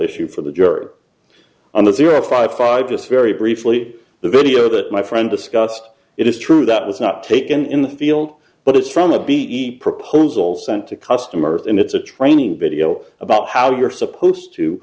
issue for the juror on the zero five five just very briefly the video that my friend discussed it is true that was not taken in the field but it's from a b e proposal sent to customers and it's a training video about how you're supposed to